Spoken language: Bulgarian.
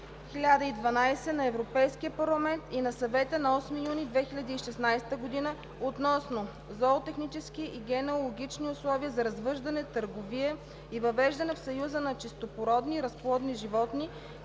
2016/1012 на Европейския парламент и на Съвета от 8 юни 2016 година относно зоотехнически и генеалогични условия за развъждане, търговия и въвеждане в Съюза на чистопородни разплодни животни,